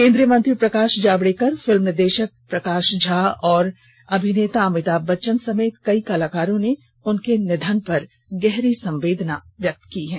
केन्द्रीय मंत्री प्रकाष जावेड़कर फिल्म निदेषक प्रकाष झा और अभिनेता अमिताभ बच्चन समेत कई कलाकारों ने उनके निधन पर संवेदना जताई है